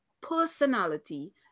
personality